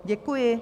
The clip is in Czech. Děkuji.